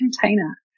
container